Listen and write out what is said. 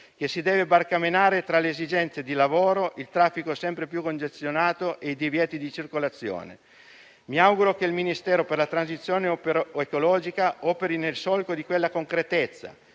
che si deve barcamenare tra le esigenze di lavoro, il traffico sempre più congestionato e i divieti di circolazione. Mi auguro che il Ministero per la transizione ecologica operi nel solco di quella concretezza,